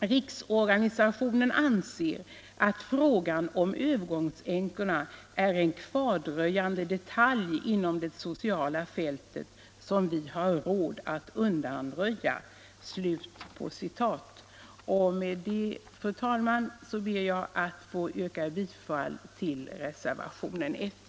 Riksorganisationen anser att frågan om övergångsänkorna är en kvardröjande detalj inom det sociala fältet som vi har råd att undanröja.” Med det ber jag att få yrka bifall till reservationen 1.